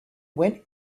went